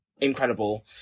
incredible